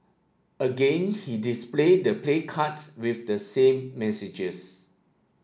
again he displayed the placards with the same messages